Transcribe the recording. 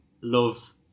love